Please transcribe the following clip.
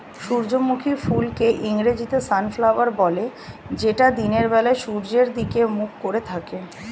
সূর্যমুখী ফুলকে ইংরেজিতে সানফ্লাওয়ার বলে যেটা দিনের বেলা সূর্যের দিকে মুখ করে থাকে